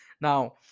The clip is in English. now